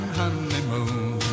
honeymoon